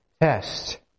test